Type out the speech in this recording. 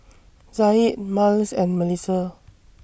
Zaid Myles and Melisa